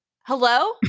Hello